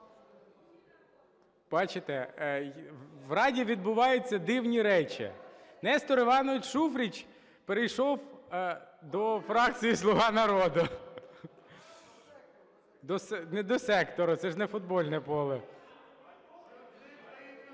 Бачите, в Раді відбуваються дивні речі: Нестор Іванович Шуфрич перейшов до фракції "Слуга народу". Не до сектору, це не футбольне поле.